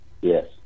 Yes